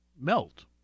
melt